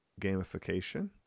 gamification